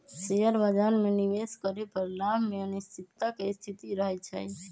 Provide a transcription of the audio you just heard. share बाजार में निवेश करे पर लाभ में अनिश्चितता के स्थिति रहइ छइ